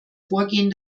vorgehen